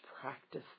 practice